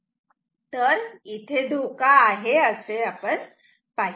तर इथे धोका आहे असे आपण पाहिले